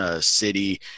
city